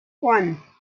one